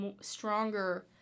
stronger